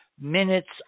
minutes